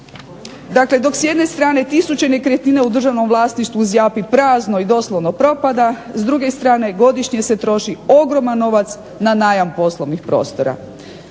Dakle, dok s jedne strane tisuće nekretnina u državnom vlasništvu zjapi prazno i doslovno propada s druge strane se troši ogroman novac na najam poslovnih prostora.